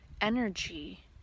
energy